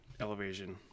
elevation